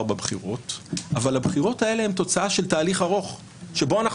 בבחירות אבל הבחירות האלה הן תוצאה של תהליך ארוך שבו אנחנו